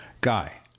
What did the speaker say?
guy